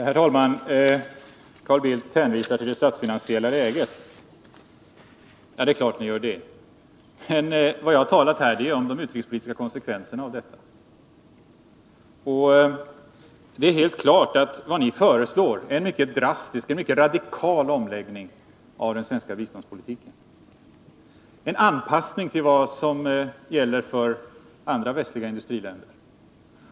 Herr talman! Carl Bildt hänvisar till det statsfinansiella läget. Det är klart att ni gör det. Men vad jag talade om är de utrikespolitiska konsekvenserna av detta. Det är helt klart att vad ni föreslår är en drastisk och mycket radikal omläggning av den svenska biståndspolitiken och en anpassning till vad som gäller för andra västliga industriländer.